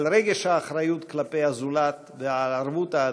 על רגש האחריות כלפי הזולת, ועל הערבות ההדדית.